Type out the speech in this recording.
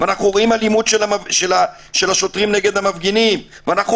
אנחנו רואים אלימות של השוטרים נגד המפגינים ואנחנו